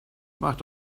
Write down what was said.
mach